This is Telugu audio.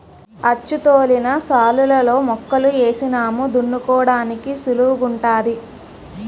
అచ్చుతోలిన శాలులలో మొక్కలు ఏసినాము దున్నుకోడానికి సుళువుగుంటాది